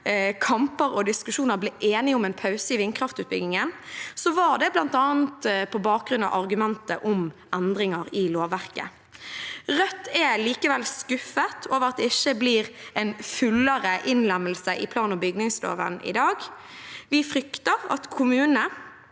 kamper og diskusjoner, ble enige om en pause i vindkraftutbyggingen, var det bl.a. på bakgrunn av argumentet om endringer i lovverket. Rødt er likevel skuffet over at det ikke blir en fullere innlemmelse i plan- og bygningsloven i dag. Vi frykter at kommunene